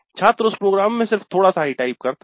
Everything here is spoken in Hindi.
छात्र उस प्रोग्राम में सिर्फ थोडा सा ही टाइप करता है